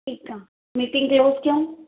ठीकु आहे meeting close कयूं